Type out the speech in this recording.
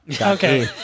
Okay